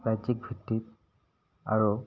ৰাজ্যিকভিত্তিক আৰু